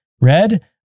Red